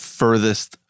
furthest